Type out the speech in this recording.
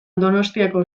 donostiako